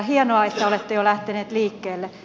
hienoa että olette jo lähteneet liikkeelle